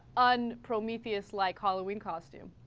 on premier it's like halloween costume